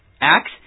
Acts